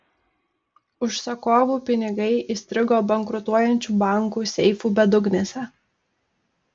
užsakovų pinigai įstrigo bankrutuojančių bankų seifų bedugnėse